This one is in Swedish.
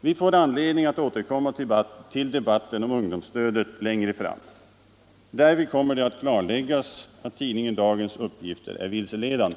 Vi får anledning att återkomma till debatten om ungdomsstödet längre fram. Därvid kommer det att klarläggas att tidningen Dagens uppgifter är vilseledande.